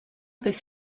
this